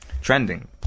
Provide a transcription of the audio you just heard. trending